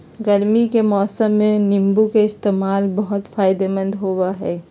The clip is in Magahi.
गर्मी के मौसम में नीम्बू के इस्तेमाल बहुत फायदेमंद होबा हई